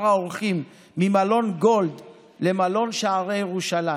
האורחים ממלון גולד למלון שערי ירושלים,